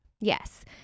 Yes